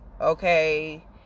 okay